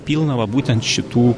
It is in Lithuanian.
pilną va būtent šitų